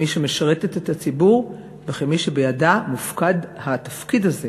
כמי שמשרתת את הציבור וכמי שבידה מופקד התפקיד הזה